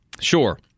sure